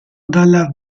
dalla